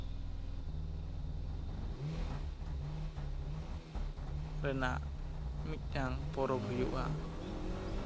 ᱨᱮᱱᱟᱜ ᱢᱤᱫᱴᱟᱝ ᱯᱚᱨᱚᱵ ᱦᱩᱭᱩᱜᱼᱟ